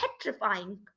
petrifying